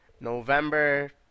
November